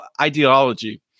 ideology